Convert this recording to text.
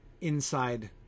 inside